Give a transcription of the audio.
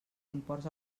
imports